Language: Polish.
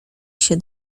się